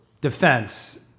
defense